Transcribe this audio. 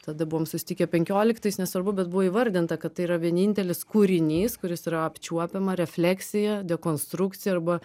tada buvom susitikę penkioliktais nesvarbu bet buvo įvardinta kad tai yra vienintelis kūrinys kuris yra apčiuopiama refleksija dekonstrukcija arba